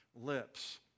lips